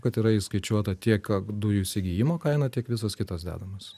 kad yra įskaičiuota tiek dujų įsigijimo kaina tiek visos kitos dedamosios